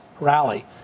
rally